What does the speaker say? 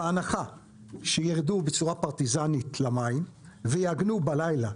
בהנחה שירדו למים בצורה פרטיזנית ויעגנו בלילה,